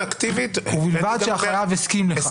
ובלבד שהחייב הסכים לכך.